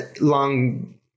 long